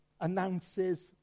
announces